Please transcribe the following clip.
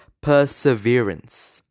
perseverance